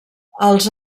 als